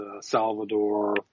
Salvador